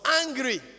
angry